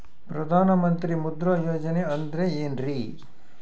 ಪ್ರಧಾನ ಮಂತ್ರಿ ಮುದ್ರಾ ಯೋಜನೆ ಅಂದ್ರೆ ಏನ್ರಿ?